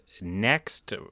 next